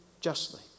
justly